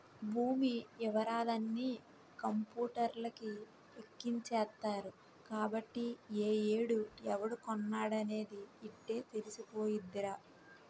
భూమి యివరాలన్నీ కంపూటర్లకి ఎక్కించేత్తరు కాబట్టి ఏ ఏడు ఎవడు కొన్నాడనేది యిట్టే తెలిసిపోద్దిరా